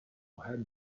had